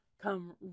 come